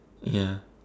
yeah